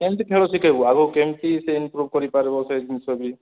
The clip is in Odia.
କେମିତି ଖେଳ ଶିଖାଇବୁ ଆଗକୁ କେମିତି ସେ ଇମ୍ପ୍ରୁଭ୍ କରିପାରିବ ସେ ଜିନିଷ ବି